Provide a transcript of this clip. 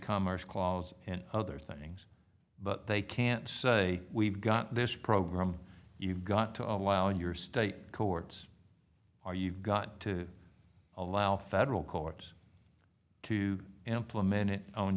commerce clause and other things but they can't say we've got this program you've got to allow in your state courts or you've got to allow federal courts to implement it o